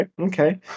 Okay